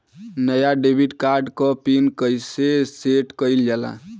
नया debit card क PIN कईसे सेट कईल जाला?